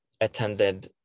attended